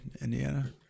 Indiana